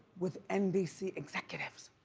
with nbc executives.